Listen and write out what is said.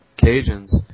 Cajuns